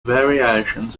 variations